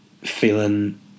feeling